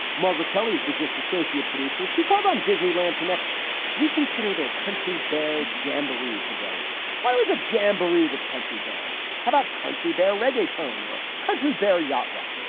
margaret kelly is the just associate producer, she called on disneyland to next reconsider their country. bear jamboree pavilion was a jamboree with country bands. how about country bear reggaeton or country bear yacht roar?